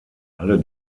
alle